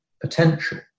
potential